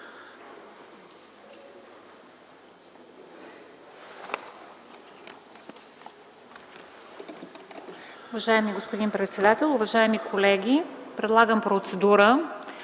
Уважаеми господин председател, уважаеми колеги! Предлагам процедура